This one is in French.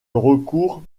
recours